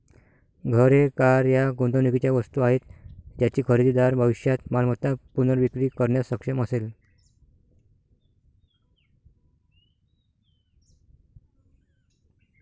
घरे, कार या गुंतवणुकीच्या वस्तू आहेत ज्याची खरेदीदार भविष्यात मालमत्ता पुनर्विक्री करण्यास सक्षम असेल